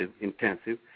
intensive